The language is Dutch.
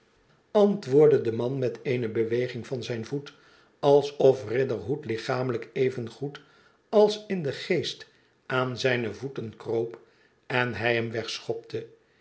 antwoordde de man met eene beweging van zijn voet alsof riderhood lichameliik evengoed als in den geest aan zijne voeten kroop en hij hem